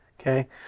Okay